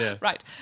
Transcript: Right